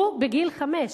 הוא בגיל חמש.